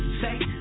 say